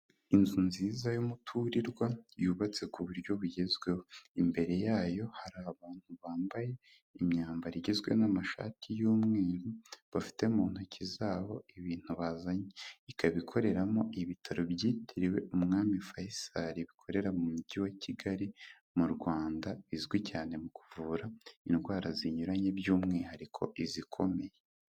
Inzu nziza y'umuturirwa yubatse ku buryo bugezweho, imbere yayo hari abantu bambaye imyambaro igizwe n'amashati y'umweru bafite mu ntoki zabo ibintu bazanye, ikaba ikoreramo ibitaro byitiriwe Umwami Fayisari bikorera mu mujyi wa Kigali mu Rwanda bizwi cyane mu kuvura indwara zinyuranye by'umwihariko izikomeye.